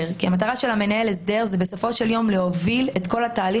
כי מטרת מנהל ההסדר היא בסופו של יום להוביל את כל התהליך.